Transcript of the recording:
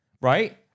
right